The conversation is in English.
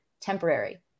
temporary